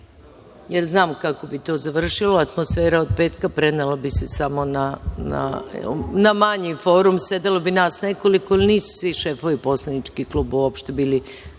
Znam kako bi to završilo. Atmosfera od petka prenela bi se samo na manji forum. Sedelo bi nas nekoliko, jer nisu svi šefovi poslaničkih klubova bili